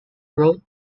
route